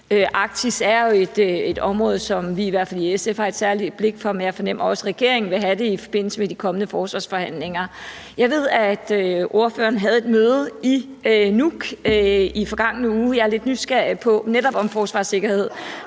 Arktis er jo et område, som vi i hvert fald i SF har et særligt blik for, men jeg fornemmer også, at regeringen vil have det i forbindelse med de kommende forsvarsforhandlinger. Jeg ved, at fru Aaja Chemnitz havde et møde i Nuuk i den forgangne uge, netop om forsvar og sikkerhed,